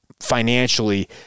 financially